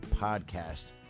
podcast